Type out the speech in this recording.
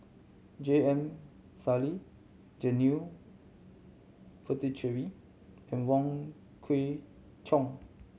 J M Sali Janil Puthucheary and Wong Kwei Cheong